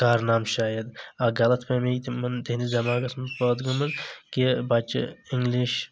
کارنامہٕ شاید اکھ غلط فہمی تِمن تہنٛدِس دٮ۪ماغس منٛز پأدٕ گٔمٕژ کہِ بچہِ اِنگلِش